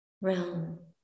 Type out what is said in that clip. realm